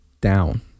down